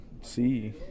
see